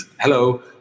hello